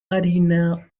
harina